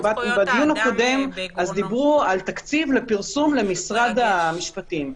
בדיון הקודם דיברו על תקציב לפרסום למשרד המשפטים,